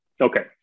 Okay